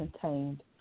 contained